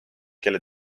kelle